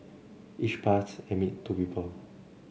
each pass admit two people